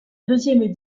deuxième